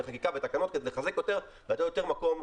חקיקה ותקנות כדי לחזק יותר ולתת יותר מקום,